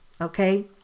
okay